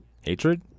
hatred